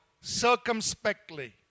circumspectly